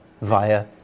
Via